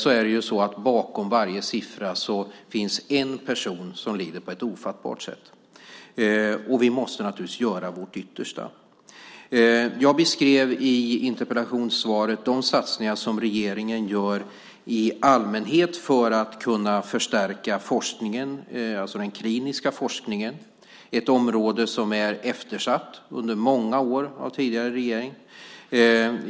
Och bakom varje siffra finns det en person som lider på ett ofattbart sätt. Vi måste naturligtvis göra vårt yttersta. Jag beskrev i interpellationssvaret de satsningar som regeringen gör i allmänhet för att kunna förstärka forskningen, alltså den kliniska forskningen. Det är ett område som är eftersatt. Det eftersattes under många år av tidigare regering.